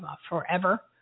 forever